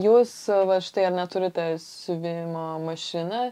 jūs va štai ar ne turite siuvimo mašiną